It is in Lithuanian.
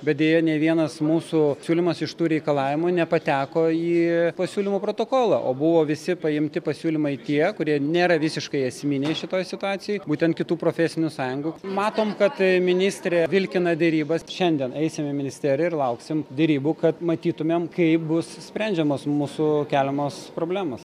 bet deja nė vienas mūsų siūlymas iš tų reikalavimų nepateko į pasiūlymų protokolą o buvo visi paimti pasiūlymai tie kurie nėra visiškai esminiai šitoj situacijoj būtent kitų profesinių sąjungų matom kad ministrė vilkina derybas šiandien eisim į ministeriją ir lauksim derybų kad matytumėm kaip bus sprendžiamos mūsų keliamos problemos